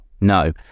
No